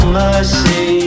mercy